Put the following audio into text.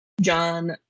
John